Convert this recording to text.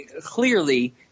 clearly